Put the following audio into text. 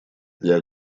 для